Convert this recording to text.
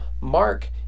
Mark